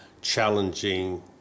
challenging